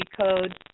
code